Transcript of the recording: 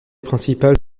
principale